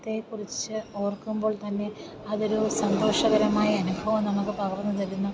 കുറിച്ച് ഓർക്കുമ്പോൾ തന്നെ അതൊരു സന്തോഷകരമായ അനുഭവം നമുക്ക് പകർന്നു തരുന്ന